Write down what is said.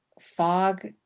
fog